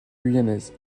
guyanaise